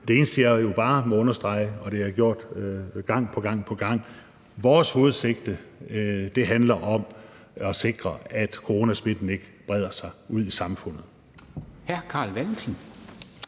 Det eneste, jeg jo bare må understrege – og det har jeg gjort gang på gang – er, at vores hovedsigte handler om at sikre, at coronasmitten ikke breder sig ud i samfundet.